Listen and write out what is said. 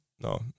No